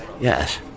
Yes